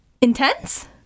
intense